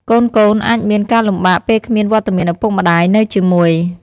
កូនៗអាចមានការលំបាកពេលគ្មានវត្តមានឪពុកម្ដាយនៅជាមួយ។